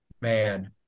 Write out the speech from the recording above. man